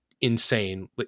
insane